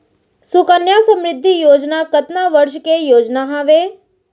सुकन्या समृद्धि योजना कतना वर्ष के योजना हावे?